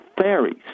fairies